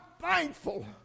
thankful